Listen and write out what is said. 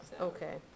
okay